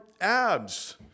abs